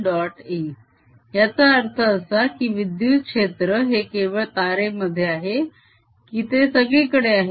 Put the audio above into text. A याचा अर्थ असा का की विद्युत क्षेत्र हे केवळ तारेमध्ये आहे की ते सगळीकडे आहे